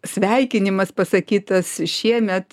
sveikinimas pasakytas šiemet